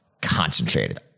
concentrated